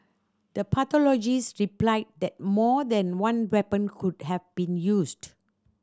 the pathologist replied that more than one weapon could have been used